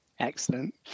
Excellent